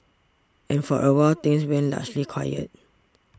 and for awhile things went largely quiet